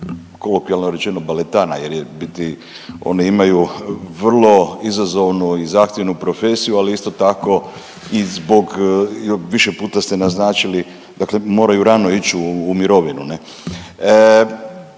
kolokvijalno rečeno baletana jer je biti oni imaju vrlo izazovnu i zahtjevnu profesiju, ali isto tako i zbog više puta ste naznačili dakle moraju rano ići u mirovinu